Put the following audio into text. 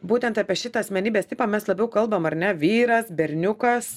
būtent apie šitą asmenybės tipą mes labiau kalbam ar ne vyras berniukas